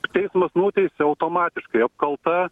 teismas nuteisė automatiškai apkalta